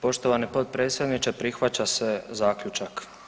Poštovani potpredsjedniče prihvaća se zaključak.